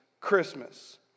Christmas